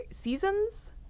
seasons